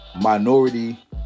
minority